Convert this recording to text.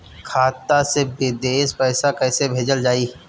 खाता से विदेश पैसा कैसे भेजल जाई?